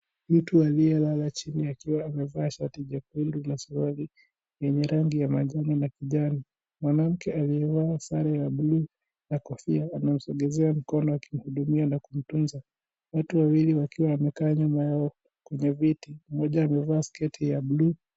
Mtu aliyelala chini akiwa amevaa shati jekundu na suruali yenye rangi ya manjano na kijani. Mwanamke aliyevaa sare ya bluu na kofia anamsongeshea mkono akimhudumia na kumtunza. Watu wawili wakiwa wamekaa nyuma yao kwenye viti, mmoja amevaa sketi ya bluu.